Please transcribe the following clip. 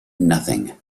nothing